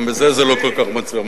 גם בזה זה לא כל כך מצליח.